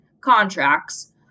contracts